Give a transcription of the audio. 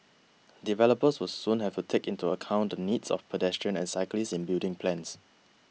developers will soon have to take into account the needs of pedestrians and cyclists in building plans